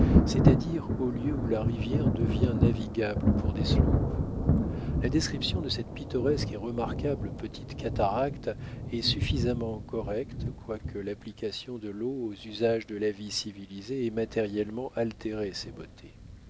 il aurait pu remarquer la rivière devient navigable pour des sloops la description de cette pittoresque et remarquable petite cataracte est suffisamment correcte quoique l'application de l'eau aux usages de la vie civilisée ait matériellement altéré ses beautés